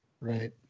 Right